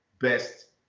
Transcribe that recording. best